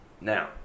Now